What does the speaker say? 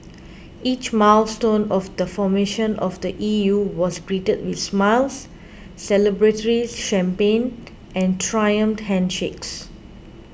each milestone of the formation of the E U was greeted with smiles celebratory champagne and triumphant handshakes